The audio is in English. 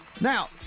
Now